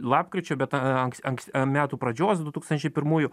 lapkričio bet a anks anks metų pradžios du tūkstančiai pirmųjų